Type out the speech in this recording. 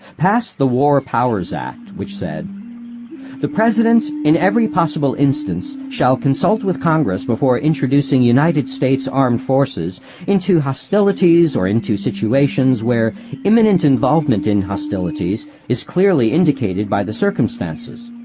passed the war powers act, which said the president, in every possible instance, shall consult with congress before introducing united states armed forces into hostilities or into situations where imminent involvement in hostilities is clearly indicated by the circumstances.